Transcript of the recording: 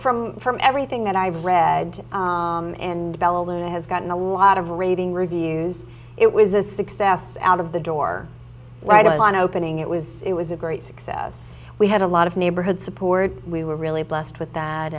from from everything that i've read and bella luna has gotten a lot of reading reviews it was a success out of the door right on opening it was it was a great success we had a lot of neighborhood support we were really blessed with that